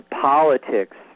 politics